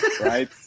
right